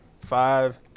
five